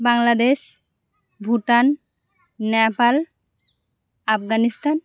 Bangladesh Bhutan Nepal Afghanistan